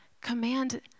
command